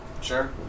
Sure